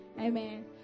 Amen